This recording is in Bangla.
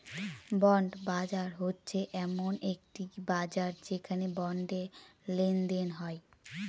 বন্ড বাজার হচ্ছে এমন একটি বাজার যেখানে বন্ডে লেনদেন হয়